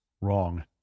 Wrong